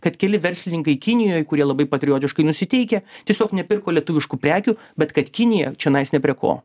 kad keli verslininkai kinijoj kurie labai patriotiškai nusiteikę tiesiog nepirko lietuviškų prekių bet kad kinija čionais ne prie ko